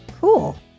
Cool